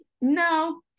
No